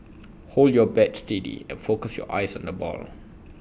hold your bat steady and focus your eyes on the ball